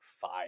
five